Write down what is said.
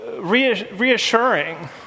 reassuring